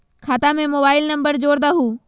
खाता में mobile number जोड़ दहु?